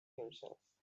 himself